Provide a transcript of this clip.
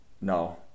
No